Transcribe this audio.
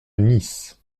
nice